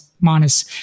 minus